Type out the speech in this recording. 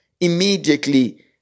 immediately